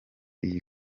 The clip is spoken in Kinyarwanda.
iyi